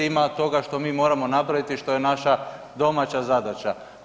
Ima toga što mi moramo napraviti i što je naša domaća zadaća.